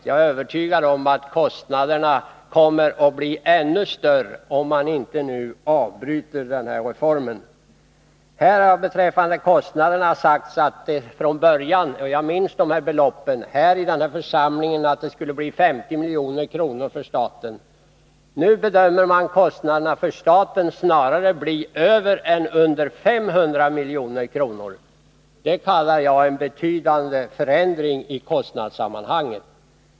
Jag är övertygad om att kostnaderna kommer att bli ännu större om man inte nu avbryter denna reform. Det har sagts att man från början — och jag minns beloppen — räknade med att kostnaden skulle bli 50 000 milj.kr. för staten. Nu bedöms kostnaden för staten bli snarare över än under 500 000 milj.kr. Det kallar jag en betydande förändring.